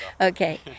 Okay